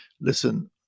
listen